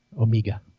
Omega